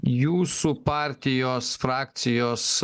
jūsų partijos frakcijos